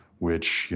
which,